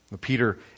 Peter